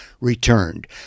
returned